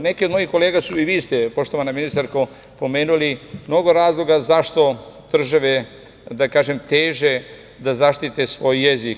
Neke od mojih kolega su, i vi ste poštovana ministarko, pomenuli mnogo razloga zašto države, da kažem teže da zaštite svoj jezik.